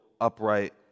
upright